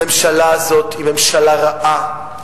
הממשלה הזאת היא ממשלה רעה,